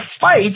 fight